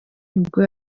nibwo